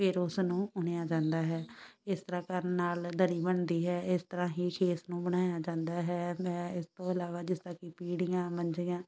ਫਿਰ ਉਸਨੂੰ ਬੁਣਿਆ ਜਾਂਦਾ ਹੈ ਇਸ ਤਰ੍ਹਾਂ ਕਰਨ ਨਾਲ ਦਰੀ ਬਣਦੀ ਹੈ ਇਸ ਤਰ੍ਹਾਂ ਹੀ ਖੇਸ ਨੂੰ ਬਣਾਇਆ ਜਾਂਦਾ ਹੈ ਮੈਂ ਇਸ ਤੋਂ ਇਲਾਵਾ ਜਿਸ ਤਰ੍ਹਾਂ ਕਿ ਪੀੜ੍ਹੀਆਂ ਮੰਜੀਆਂ